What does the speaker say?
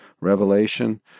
revelation